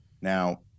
Now